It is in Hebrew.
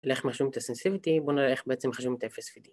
אלא איך מחשובים את ה-sensitivity, בואו נראה איך בעצם מחשובים את ה-FSVD